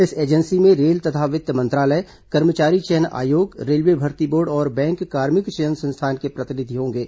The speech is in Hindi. इस एजेंसी में रेल तथा वित्त मंत्रालय कर्मचारी चयन आयोग रेलवे भर्ती बोर्ड और बैंक कार्मिक चयन संस्थान के प्रतिनिधि होंगे